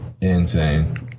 Insane